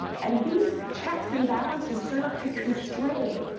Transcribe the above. and these checks and balances serve to constrain